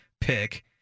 pick